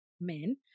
men